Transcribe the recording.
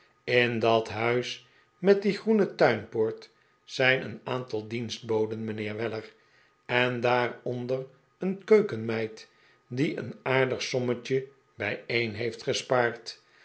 in dat huis met die groene tuinpoort zijn een aantal dienstboden mijnheer weller en daaronder een keukenmeid die een aardig sommetje bijeen heeft